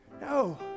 No